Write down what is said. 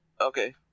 Okay